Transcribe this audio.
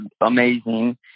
amazing